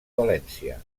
valència